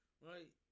right